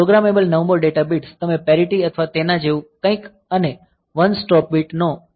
programmable નવમો data bits તમે parity અથવા તેના જેવું કંઈક અને વન સ્ટોપ બીટ નો ઉપયોગ કરી શકો છો